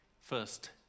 first